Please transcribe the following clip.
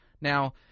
Now